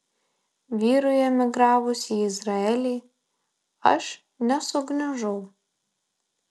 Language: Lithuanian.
vyrui emigravus į izraelį aš nesugniužau